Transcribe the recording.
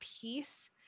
peace